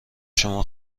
شما